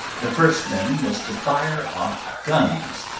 the first thing was to fire off guns,